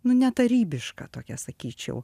nu ne tarybišką tokią sakyčiau